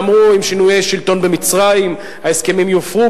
שאמרו: עם שינויי השלטון במצרים ההסכמים יופרו,